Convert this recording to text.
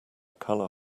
color